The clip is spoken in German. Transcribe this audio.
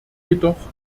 jedoch